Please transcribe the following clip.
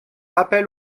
rappel